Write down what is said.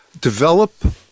develop